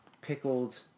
pickled